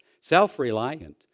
self-reliant